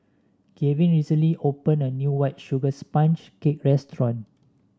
Gavin recently opened a new White Sugar Sponge Cake restaurant